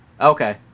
Okay